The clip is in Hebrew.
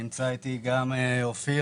נמצא איתי גם אופיר,